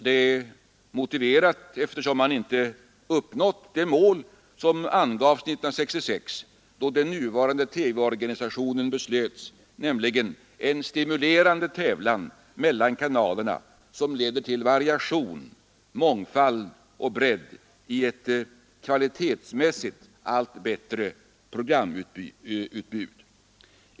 Detta är motiverat, eftersom man inte har uppnått det mål som angavs 1966, då den nuvarande TV-organisationen beslöts, nämligen en stimulerande tävlan mellan kanalerna som leder till variation, mångfald och bredd i ett kvalitetsmässigt allt bättre programutbud.